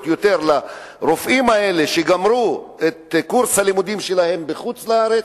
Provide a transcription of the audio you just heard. לרופאים האלה שגמרו את הלימודים שלהם בחוץ-לארץ,